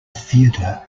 theatre